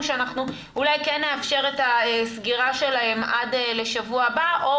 שאנחנו אולי כן נאפשר את הסגירה שלהם עד לשבוע הבא או